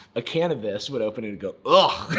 a can of this would open and go ah